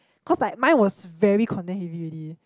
cause like mine was very content heavy already